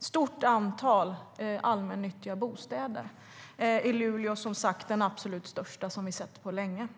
stort antal allmännyttiga bostäder. I Luleå sker den absolut största försäljningen vi har sett på länge.